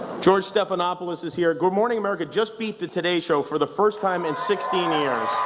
george stephanopolous is here. good morning america just beat the today show for the first time in sixteen years.